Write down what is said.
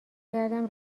کردم